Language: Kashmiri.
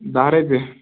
دَہ رۄپیہِ